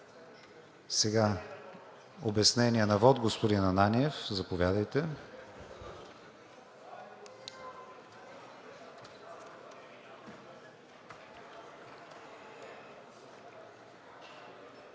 Сега, обяснение на вот – господин Ананиев, заповядайте.